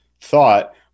thought